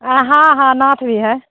हँ हँ हँ नथ भी है